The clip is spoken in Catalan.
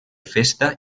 festa